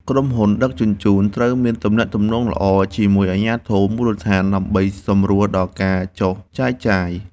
ក្រុមហ៊ុនដឹកជញ្ជូនត្រូវមានទំនាក់ទំនងល្អជាមួយអាជ្ញាធរមូលដ្ឋាន ដើម្បីសម្រួលដល់ការចុះចែកចាយ។